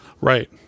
Right